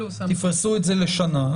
תפרסו את זה לשנה,